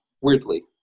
weirdly